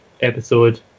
episode